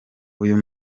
uyu